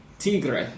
Tigre